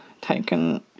taken